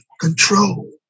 control